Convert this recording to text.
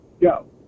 go